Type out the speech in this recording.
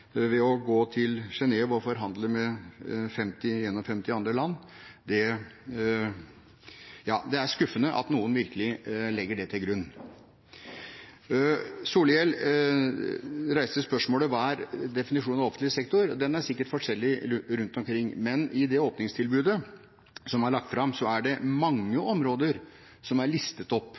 ved å gå til Genève og forhandle med 50 andre land, det er det skuffende at noen virkelig legger til grunn. Solhjell reiste spørsmålet: Hva er definisjonen av offentlig sektor? Den er sikkert forskjellig rundt omkring, men i det åpningstilbudet som er lagt fram, er det mange områder som er listet opp,